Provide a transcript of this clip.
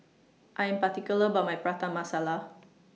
I Am particular about My Prata Masala